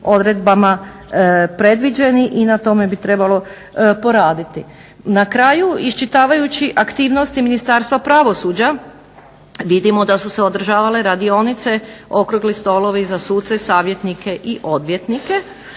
odredbama predviđeni i na tome bi trebalo poraditi. Na kraju iščitavajući aktivnosti Ministarstva pravosuđa vidimo da su se održavale radionice, okrugli stolovi za suce, savjetnike i odvjetnike.